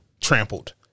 trampled